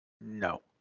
no